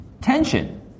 tension